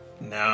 No